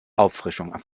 auffrischung